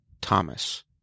Thomas